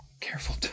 careful